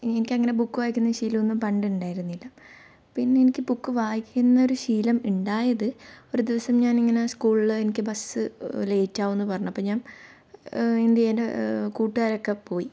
എനിക്കങ്ങനെ ബുക്ക് വായിക്കുന്ന ശീലമൊന്നും പണ്ടുണ്ടായിരുന്നില്ല പിന്നെ എനിക്ക് ബുക്ക് വായിക്കുന്നൊരു ശീലം ഉണ്ടായത് ഒരു ദിവസം ഞാനിങ്ങനെ സ്കൂളിൽ എനിക്ക് ബസ് ലേറ്റ് ആവുംന്നു പറഞ്ഞു അപ്പോൾ ഞാൻ എന്തെയ്യും എൻ്റെ കൂട്ടുകാരൊക്കെ പോയി